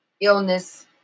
illness